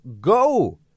go